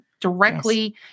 directly